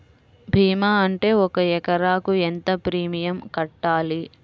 భీమా ఉంటే ఒక ఎకరాకు ఎంత ప్రీమియం కట్టాలి?